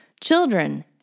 Children